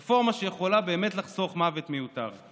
זו רפורמה שיכולה באמת לחסוך מוות מיותר.